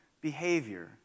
behavior